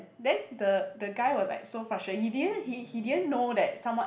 then the the guy was like so frustrated he didn't he didn't know that someone